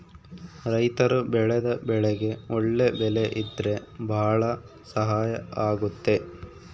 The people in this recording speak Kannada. ರೈತರು ಬೆಳೆದ ಬೆಳೆಗೆ ಒಳ್ಳೆ ಬೆಲೆ ಇದ್ರೆ ಭಾಳ ಸಹಾಯ ಆಗುತ್ತೆ